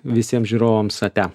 visiem žiūrovams atia